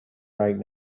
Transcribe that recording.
right